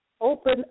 open